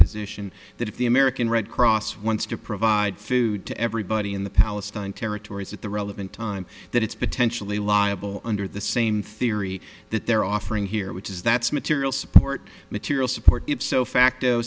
position that if the american red cross wants to provide food to everybody in the palestine territories at the relevant time that it's potentially liable under the same theory that they're offering here which is that's material support material support so facto